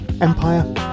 Empire